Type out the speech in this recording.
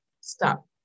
Stop